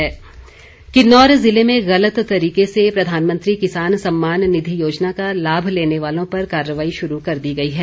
कार्रवाई किन्नौर ज़िले में गलत तरीके से प्रधानमंत्री किसान सम्मान निधि योजना का लाभ लेने वालों पर कार्रवाई शुरू कर दी गई है